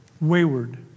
wayward